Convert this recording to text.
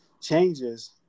changes